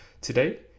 Today